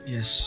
Yes